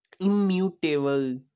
immutable